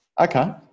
Okay